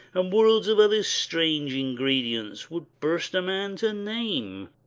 and worlds of other strange ingredients, would burst a man to name?